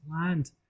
land